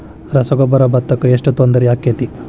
ರಸಗೊಬ್ಬರ, ಭತ್ತಕ್ಕ ಎಷ್ಟ ತೊಂದರೆ ಆಕ್ಕೆತಿ?